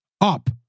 up